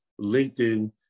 linkedin